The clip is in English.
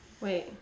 Wait